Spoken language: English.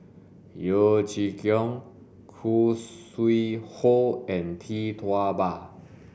Yeo Chee Kiong Khoo Sui Hoe and Tee Tua Ba